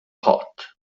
pot